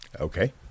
Okay